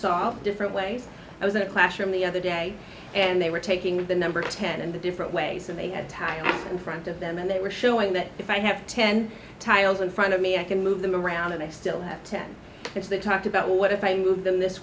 of different ways i was in a classroom the other day and they were taking the number ten and the different ways and they had time in front of them and they were showing that if i have ten tiles in front of me i can move them around and i still have ten if they talked about what if i move them this